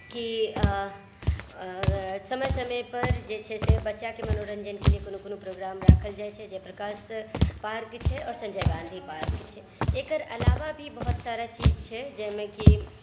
की समय समय पर जे छै से बच्चाके मनोरंजनके लिये कोनो कोनो प्रोग्राम राखल जाइ छै जे पार्क छै आओर संजय गाँधी पार्क छै एकर अलावा भी बहुत सारा चीज छै जाहिमे कि